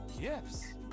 gifts